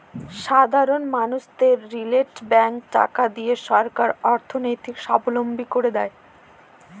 সাধারন মানুষদেরকে রিটেল ব্যাঙ্কে টাকা দিয়ে সরকার অর্থনৈতিক সাবলম্বী করে দেয়